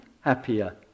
happier